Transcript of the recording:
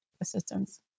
assistance